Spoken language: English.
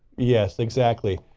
yes, exactly.